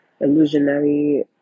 illusionary